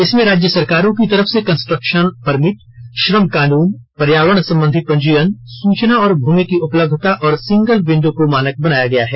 इसमें राज्य सरकारों की तरफ से कंस्ट्रक्शन परमिट श्रम कानून पर्यावरण संबंधी पंजीयन सूचना और भूमि की उपलब्धता और सिंगल विंडो को मानक बनाया गया है